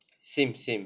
same same